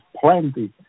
plenty